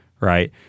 right